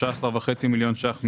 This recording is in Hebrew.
13.5 מיליון שקלים מימינה.